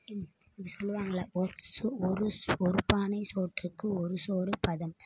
இப்படி சொல்லுவாங்கள்ல ஒரு ஒரு ஒரு பானை சோற்றுக்கு ஒரு சோறு பதம்